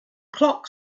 clock